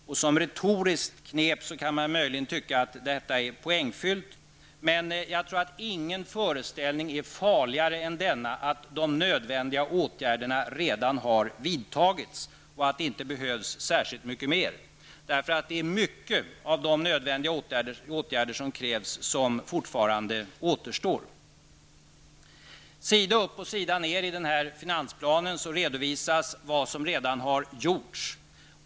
Man kan möjligen tycka att detta som retoriskt knep är poängfyllt, men jag tror att ingen föreställning är farligare än den att de nödvändiga åtgärderna redan har vidtagits och att det inte behövs särskilt mycket mer. Många av de nödvändiga åtgärder som krävs återstår fortfarande. Sida upp och sida ner i finansplanen redovisas vad som redan har gjorts.